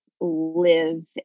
live